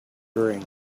drink